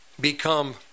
become